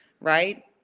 right